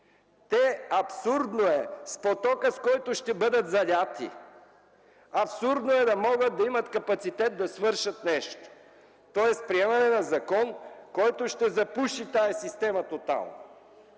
Абсурдно е с потока, с който ще бъдат залети, да могат да имат капацитет да свършат нещо! Тоест приемане на закон, който ще запуши тази система тотално!